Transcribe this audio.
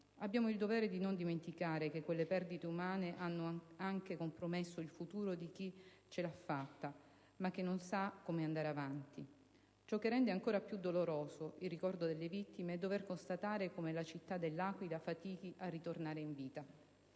Abbiamo il dovere di non dimenticare che quelle perdite umane hanno anche compromesso il futuro di chi ce l'ha fatta, ma che non sa come andare avanti. Ciò che rende ancora più doloroso il ricordo delle vittime è dover constatare come la città dell'Aquila fatichi a tornare in vita.